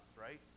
right